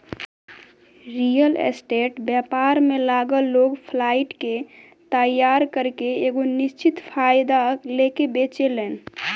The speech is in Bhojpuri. रियल स्टेट व्यापार में लागल लोग फ्लाइट के तइयार करके एगो निश्चित फायदा लेके बेचेलेन